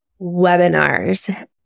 webinars